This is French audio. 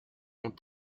ont